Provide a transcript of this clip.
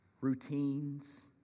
routines